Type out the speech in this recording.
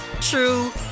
true